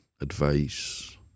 advice